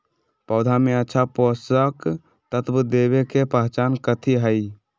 पौधा में अच्छा पोषक तत्व देवे के पहचान कथी हई?